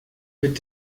mit